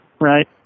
Right